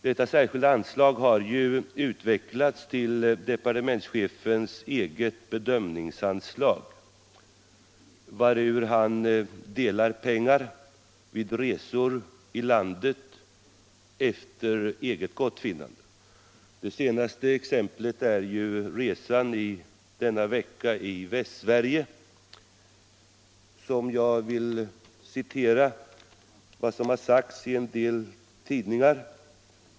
Detta särskilda anslag har ju utvecklats till departementschefens eget bedömningsanslag med vilket han utdelar pengar vid resor i landet efter eget gottfinnande. Det senaste exemplet är resan denna vecka i Västsverige. Jag vill citera vad som sagts om den i en del tidningar.